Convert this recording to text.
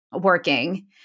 working